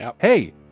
hey